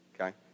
Okay